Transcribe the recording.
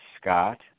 scott